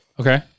Okay